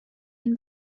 این